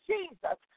Jesus